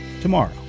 tomorrow